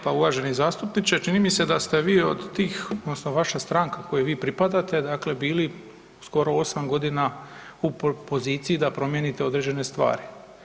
Hvala lijepa uvaženi zastupniče, čini mi se da ste vi od tih odnosno vaša stranka kojoj vi pripadate dakle bili skoro 8 godina u poziciji da promijenite određene stvari.